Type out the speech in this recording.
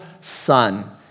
son